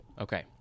Okay